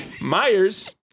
Myers